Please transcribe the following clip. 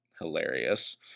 hilarious